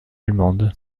allemande